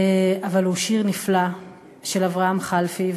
אבל הוא שיר נפלא של אברהם חלפי,